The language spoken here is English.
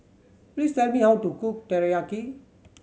please tell me how to cook Teriyaki